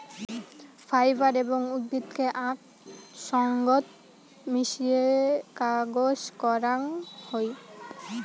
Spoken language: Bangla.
ফাইবার এবং উদ্ভিদকে আক সঙ্গত মিশিয়ে কাগজ করাং হই